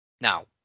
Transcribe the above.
Now